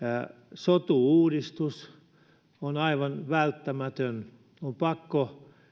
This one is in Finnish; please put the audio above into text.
sotu uudistus on aivan välttämätön on pakko